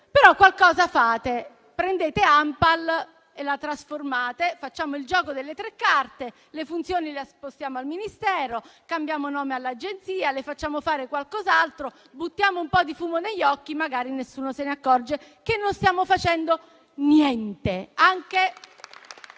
Però qualcosa fate: prendete ANPAL e la trasformate. Facciamo il gioco delle tre carte: le funzioni le spostiamo al Ministero, cambiamo nome all'Agenzia, le facciamo fare qualcos'altro, buttiamo un po' di fumo negli occhi e magari nessuno si accorge che non stiamo facendo niente